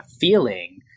feeling